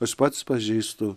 aš pats pažįstu